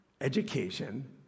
education